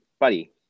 Buddy